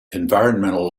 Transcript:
environmental